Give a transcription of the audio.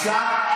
בושה.